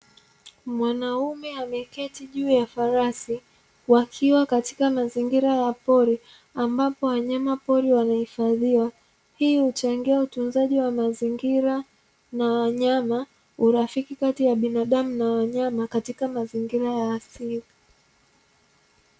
Mwanaume ameketi juu ya farasi wakiwa katika mazingira ya pori ambapo wanyamapori wanahifadhiwa. Hii huchangia utunzaji wa mazingira na wanyama, urafiki kati ya binadamu na wanyama katika mazingira ya asili.